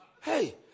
Hey